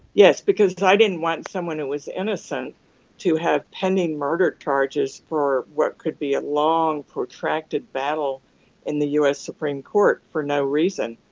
yes because i didn't want someone who was innocent to have pending murder charges for what could be a long protracted battle in the us supreme court for no reason.